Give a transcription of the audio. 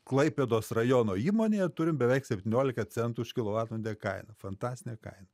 klaipėdos rajono įmonėje turim beveik septyniolika centų už kilovatvalandę kainą fantastinė kaina